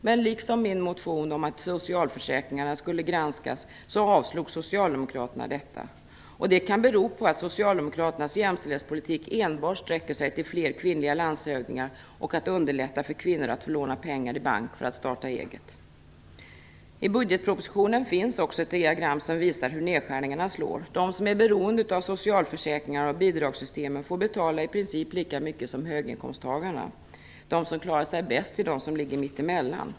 Men liksom min motion om att socialförsäkringarna skall granskas ur ett klass och könsperspektiv avstyrkte Socialdemokraterna även detta. Det kan bero på att Socialdemokraternas jämställdhetspolitik enbart sträcker sig till fler kvinnliga landshövdingar och att underlätta för kvinnor att få låna pengar i bank för att starta eget. I budgetpropositionen finns ett diagram som visar precis hur nedskärningarna slår. De som är beroende av socialförsäkringarna och bidragssystemen får betala i princip lika mycket som höginkomsttagarna. De som klarar sig bäst är de som ligger mitt emellan.